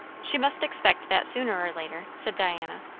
she must expect that sooner or later, said diana,